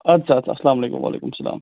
اَدسا اَدسا السلام علیکُم وعلیکُم السلام